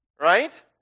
Right